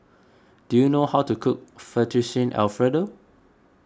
do you know how to cook Fettuccine Alfredo